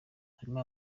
harimo